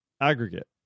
aggregate